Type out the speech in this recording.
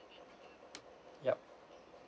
ya